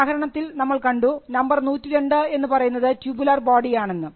ഉദാഹരണത്തിൽ നമ്മൾ കണ്ടു നമ്പർ 102 എന്ന് പറയുന്നത് ടൂബുലർ ബോഡി ആണെന്ന്